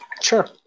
Sure